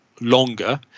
longer